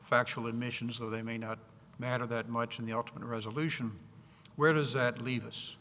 factual admissions are they may not matter that much in the ultimate resolution where does that leave us